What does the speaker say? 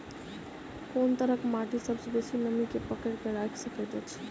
कोन तरहक माटि सबसँ बेसी नमी केँ पकड़ि केँ राखि सकैत अछि?